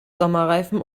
sommerreifen